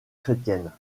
chrétienne